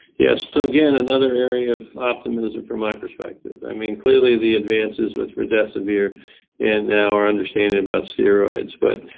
yeah, so again another area of optimism from my perspective. i mean, clearly the advances with remdesivir and now our understanding about steroids, but